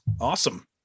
Awesome